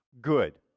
good